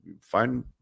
find